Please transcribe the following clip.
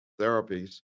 therapies